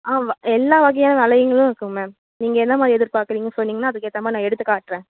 அவ் எல்லா வகையான வளையங்களும் இருக்குது மேம் நீங்கள் என்ன மாதிரி எதிர்பார்க்குறிங்க சொன்னிங்கன்னால் அதுக்கு ஏற்ற மாதிரி நான் எடுத்து காட்டுறேன்